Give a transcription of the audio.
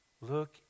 Look